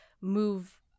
move